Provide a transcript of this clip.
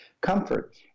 comfort